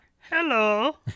Hello